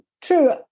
true